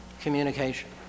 communication